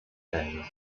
days